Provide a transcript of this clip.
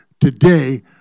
today